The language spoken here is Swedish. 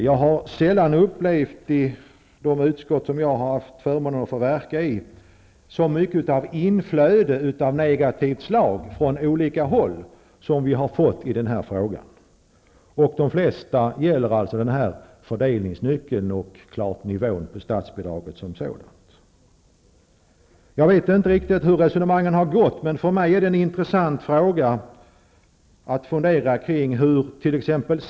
Jag har sällan i de utskott som jag har haft förmånen att verka i upplevt så mycket inflöde av negativt slag från olika håll, som vi har fått i den här frågan. Den mesta kritiken gäller denna fördelningsnyckel och nivån på statsbidraget som sådant. Jag vet inte riktigt hur resonemangen har förts, men för mig är det en intressant fråga hur t.ex.